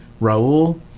Raul